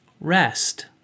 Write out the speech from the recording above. rest